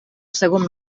segon